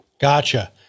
Gotcha